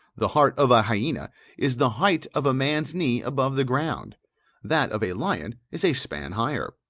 the heart of a hyena is the height of a man's knee above the ground that of a lion, is a span higher.